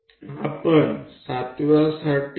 ચાલો આપણે તેને 7th માટે લંબાવીએ